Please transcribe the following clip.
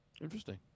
Interesting